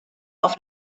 auf